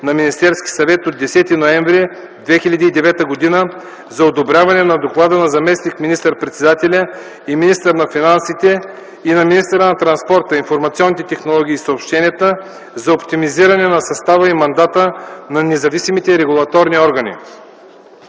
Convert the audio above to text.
на Министерския съвет от 10 ноември 2009 г. за одобряване на доклада на заместник министър-председателя и министър на финансите и на министъра на транспорта, информационните технологии и съобщенията за оптимизиране състава и мандата на независимите регулаторни органи.